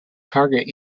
target